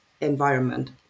environment